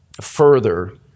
further